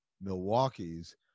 Milwaukee's